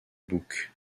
bouc